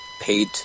paid